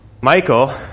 Michael